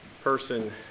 person